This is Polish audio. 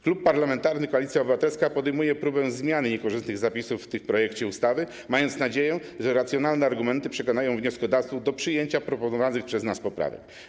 Klub Parlamentarny Koalicja Obywatelska podejmuje próbę zmiany niekorzystnych zapisów w tym projekcie ustawy, mając nadzieję, że racjonalne argumenty przekonają wnioskodawców do przyjęcia proponowanych przez nas poprawek.